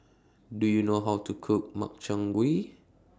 Do YOU know How to Cook Makchang Gui